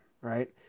right